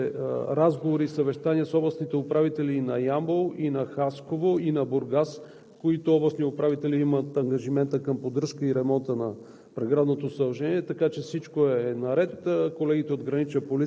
този участък от границата. Проведени са съответните разговори и съвещания с областните управители на Ямбол и на Хасково, и на Бургас, които имат ангажимента към поддръжката и ремонта на